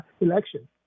election